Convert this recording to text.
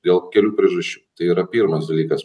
dėl kitų priežasčių tai yra pirmas dalykas